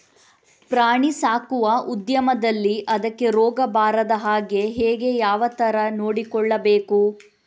ಪ್ರಾಣಿ ಸಾಕುವ ಉದ್ಯಮದಲ್ಲಿ ಅದಕ್ಕೆ ರೋಗ ಬಾರದ ಹಾಗೆ ಹೇಗೆ ಯಾವ ತರ ನೋಡಿಕೊಳ್ಳಬೇಕು?